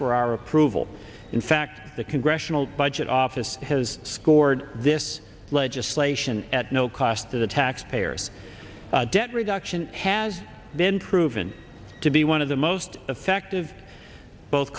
for approval in fact the congressional budget office has scored this legislation at no cost to the taxpayers debt reduction has been proven to be one of the most effective both